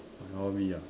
my hobby ah